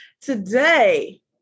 today